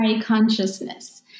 consciousness